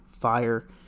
fire